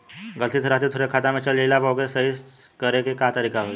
गलती से राशि दूसर के खाता में चल जइला पर ओके सहीक्ष करे के का तरीका होई?